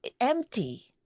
empty